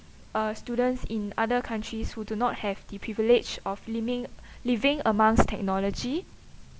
uh students in other countries who do not have the privilege of living living amongst technology